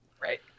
Right